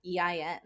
EIN